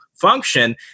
function